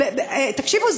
תקשיבו,